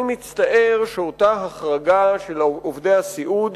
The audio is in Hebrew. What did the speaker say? אני מצטער שאותה החרגה של עובדי הסיעוד